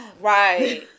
right